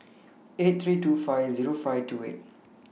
eight three two five Zero five two eight